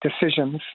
decisions